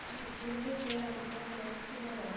फूल day आमचो best गेलो